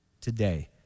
today